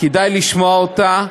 כדאי לשמוע אותה.